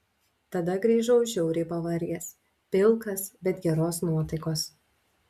tada grįžau žiauriai pavargęs pilkas bet geros nuotaikos